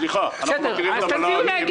סליחה, אנחנו מכירים את המל"ג.